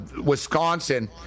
Wisconsin